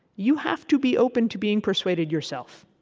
you have to be open to being persuaded yourself.